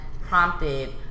prompted